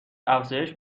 افزایش